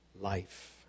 life